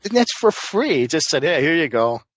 and it's for free. just said, hey, here you go.